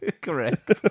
correct